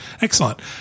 Excellent